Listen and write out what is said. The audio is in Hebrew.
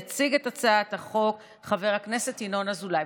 יציג את הצעת החוק חבר הכנסת ינון אזולאי,